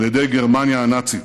על ידי גרמניה הנאצית.